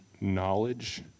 knowledge